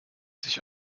sich